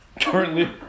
Currently